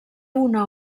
una